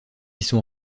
sont